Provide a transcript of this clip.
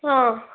അതെ